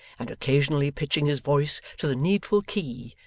and occasionally pitching his voice to the needful key,